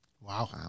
Wow